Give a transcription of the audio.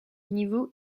niveau